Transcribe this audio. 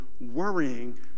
worrying